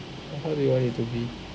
how how do you want it to be